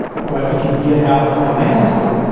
but if you get out from madison,